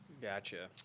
Gotcha